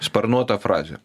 sparnuota frazė